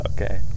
Okay